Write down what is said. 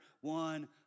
one